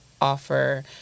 offer